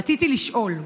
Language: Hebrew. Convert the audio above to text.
רצוני לשאול: